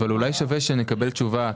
אולי שווה שנקבל תשובה,